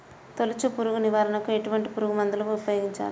తొలుచు పురుగు నివారణకు ఎటువంటి పురుగుమందులు ఉపయోగించాలి?